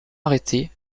arrêté